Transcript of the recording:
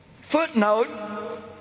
Footnote